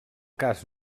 cas